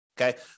Okay